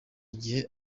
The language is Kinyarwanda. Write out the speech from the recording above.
gihe